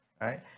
Right